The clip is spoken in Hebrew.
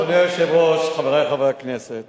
אדוני היושב-ראש, חברי חברי הכנסת,